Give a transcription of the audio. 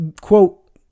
quote